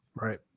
Right